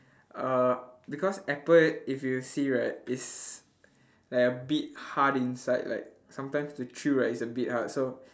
uh because apple if you see right is like a bit hard inside like sometimes you chew right it's a bit hard so